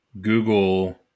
Google